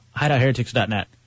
hideoutheretics.net